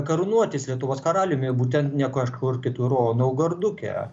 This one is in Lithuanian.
karūnuotis lietuvos karaliumi būtent ne kažkur kitur o naugarduke